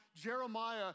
Jeremiah